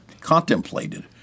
contemplated